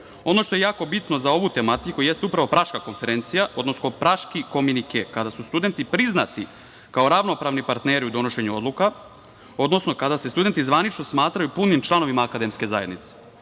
što je jako bitno za ovu tematiku jeste upravo Praška konferencija, odnosno Praški kominike, kada su studenti priznati kao ravnopravni partneri u donošenju odluka, odnosno kada se studenti zvanično smatraju punim članovima akademske zajednice.